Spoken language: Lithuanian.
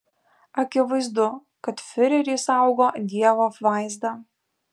akivaizdu kad fiurerį saugo dievo apvaizda